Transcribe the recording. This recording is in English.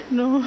no